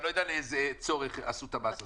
אני לא יודע לאיזה צורך עשו את המס הזה.